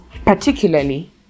particularly